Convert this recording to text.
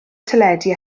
teledu